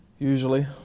usually